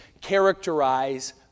characterize